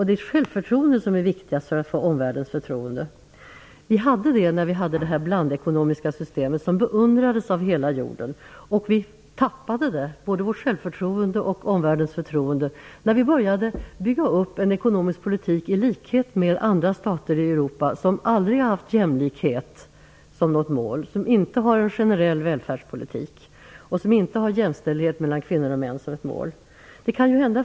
Det är självförtroendet som är viktigast för att få omvärldens förtroende. Vi hade självförtroende när vi tillämpade det blandekonomiska system som beundrades av hela jorden. Vi tappade både vårt självförtroende och omvärldens förtroende när vi i likhet med andra stater i Europa, som aldrig haft jämlikhet som mål och som inte har en generell välfärdspolitik eller jämställdhet mellan kvinnor och män som mål, började bygga upp en ny ekonomisk politik.